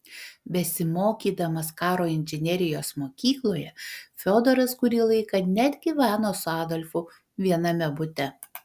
besimokydamas karo inžinerijos mokykloje fiodoras kurį laiką net gyveno su adolfu viename bute